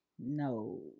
No